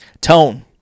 tone